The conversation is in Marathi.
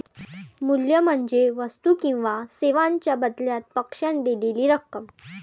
मूल्य म्हणजे वस्तू किंवा सेवांच्या बदल्यात पक्षाने दिलेली रक्कम